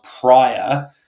prior